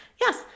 yes